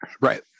right